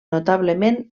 notablement